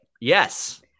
Yes